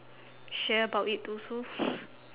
share about it also